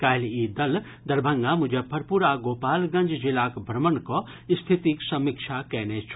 काल्हि ई दल दरभंगा मुजफ्फरपुर आ गोपालगंज जिलाक भ्रमण कऽ स्थितिक समीक्षा कयने छल